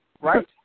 Right